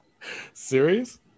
Serious